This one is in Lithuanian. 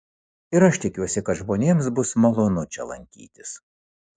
ir aš tikiuosi kad žmonėms bus malonu čia lankytis